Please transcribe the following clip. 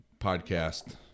podcast